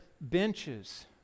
benches